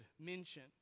mention